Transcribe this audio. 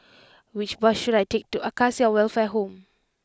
which bus should I take to Acacia Welfare Home